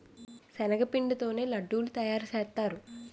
శనగపిండి తోనే లడ్డూలు తయారుసేత్తారు